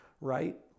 right